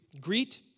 greet